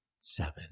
seven